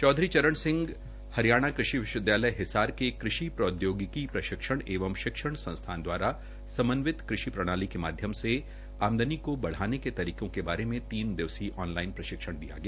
चौधरी चरण सिंह हरियाणा कृषि विश्वविद्यालय हिसार के कृषि प्रौद्योगिकी प्रशिक्षण एवं शिक्षण संस्थान दवारा समन्वित कृषि प्रणाली के माध्यम से आमदनी को बढ़ाने के तरीकों के बारे में तीन दिवसीय ऑनलाइन प्रशिक्षण दिया गया